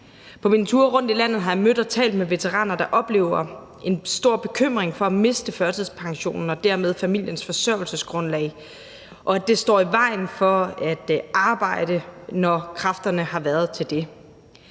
På mine ture rundt i landet har jeg mødt og talt med veteraner, der oplever en stor bekymring for at miste førtidspensionen og dermed familiens forsørgelsesgrundlag, og at det står i vejen for at arbejde, når kræfterne har været til det.